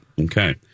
Okay